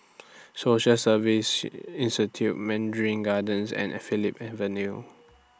Social Service Institute Mandarin Gardens and Phillips Avenue